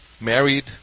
married